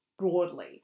Broadly